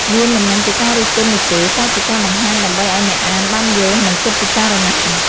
វាមិនមែនជាការរិះគន់នោះទេ តែជាការបង្ហាញដើម្បីឲ្យអ្នកអានបានយល់ និងគិតពិចារណា។